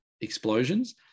explosions